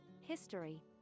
history